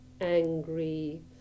angry